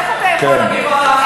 איך אתה יכול להגיד את זה?